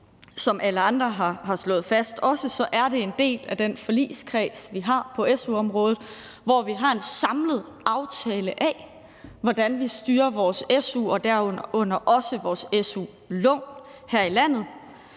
som alle andre også har slået fast, er det en del af det forlig, vi har, på su-området, hvor vi har en samlet aftale om, hvordan vi styrer vores su og derunder også vores su-lån her i landet.